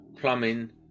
plumbing